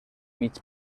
mig